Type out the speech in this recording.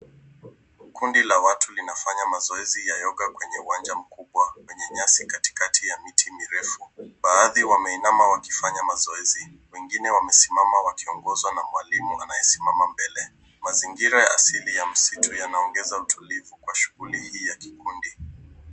Kundi la watu linafanya mazoezi ya yoga kwenye uwanja mkubwa wenye nyasi katikati ya miti mirefu. Baadhi wameinama wakifanya mazoezi, wengine wamesimama wakiongozwa na mwalimu anayesimama mbele. Mazingira ya asili ya msitu yanaongeza utulivu kwa shughuli hii ya kikundi.